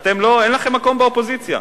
אין לכם מקום באופוזיציה.